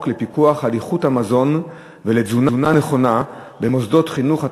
לפיקוח על איכות המזון ולתזונה נכונה במוסדות חינוך,